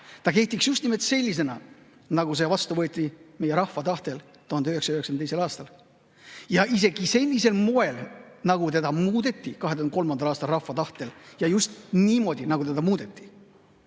ta kehtiks just nimelt sellisena, nagu see vastu võeti meie rahva tahtel 1992. aastal, ja isegi sellisel moel, nagu seda muudeti 2003. aastal rahva tahtel ja just niimoodi, nagu seda muudeti.